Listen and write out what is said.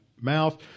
mouth